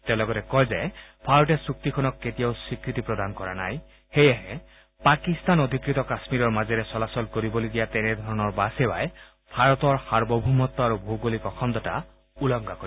তেওঁ লগতে কয় যে ভাৰতে চুক্তিখনক কেতিয়াও স্বীকৃতি প্ৰদান কৰা নাই সেয়েহে পাকিস্তান অধিকৃত কাম্মীৰৰ মাজেৰে চলাচল কৰিবলগীয়া তেনেধৰণৰ বাছসেৱাই ভাৰতৰ সাৰ্বভৌমত্ব আৰু ভৌগলিক অখণ্ডতা উলংঘা কৰিব